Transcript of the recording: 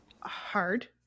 hard